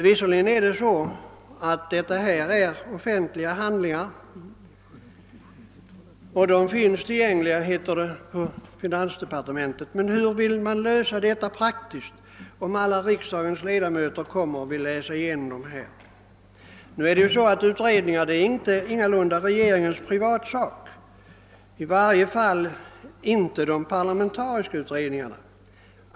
Visserligen är remissvaren offentliga handlingar, som finns tillgängliga på finansdepartementet, men hur vill man praktiskt lösa detta problem, om alla riksdagens ledamöter kom och ville läsa igenom remissyttrandena? Utredningar är ju ingalunda regeringens privatsak, i varje fall inte de parlamentariska utredningarna.